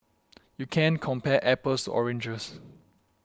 you can't compare apples oranges